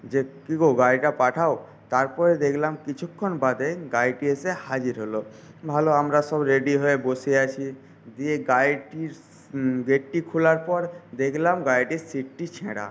যে কিগো গাড়িটা পাঠাও তারপরে দেখলাম কিছুক্ষন বাদে গাড়িটি এসে হাজির হল ভালো আমরা সব রেডি হয়ে বসে আছি দিয়ে গাড়িটির গেটটি খোলার পর দেখলাম গাড়িটির সিটটি ছেঁড়া